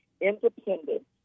independent